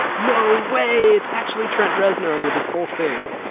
no way. it's actually trent reznor under this whole thing.